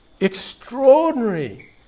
Extraordinary